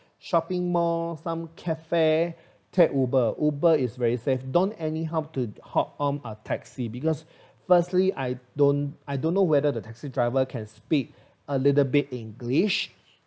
shopping mall some cafe take uber uber is very safe don't anyhow ta~ hop on a taxi because firstly I don't I don't know whether the taxi driver can speak a little bit english